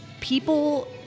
people